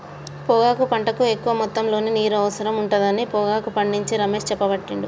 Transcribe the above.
పొగాకు పంటకు ఎక్కువ మొత్తములో నీరు అవసరం ఉండదని పొగాకు పండించే రమేష్ చెప్పబట్టిండు